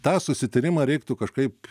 tą susitarimą reiktų kažkaip